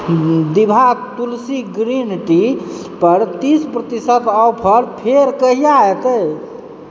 दिभा Tulsi green tea पर तीस प्रतिशत ऑफर फेर कहिया अयतै